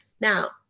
Now